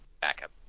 Backup